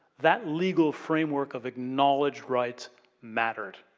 that legal framework of acknowledged rights mattered.